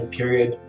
period